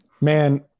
Man